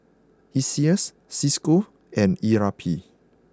Iseas Cisco and E R P